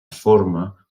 forma